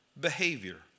behavior